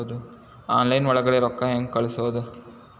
Online ಒಳಗಡೆ ರೊಕ್ಕ ಹೆಂಗ್ ಕಳುಹಿಸುವುದು?